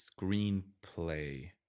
screenplay